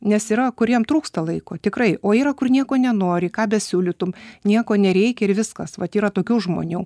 nes yra kuriem trūksta laiko tikrai o yra kur nieko nenori ką besiūlytum nieko nereikia ir viskas vat yra tokių žmonių